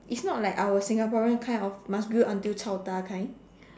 it's not like our Singaporean kind of must grill until chao ta kind